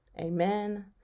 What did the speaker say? Amen